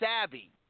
savvy